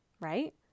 Right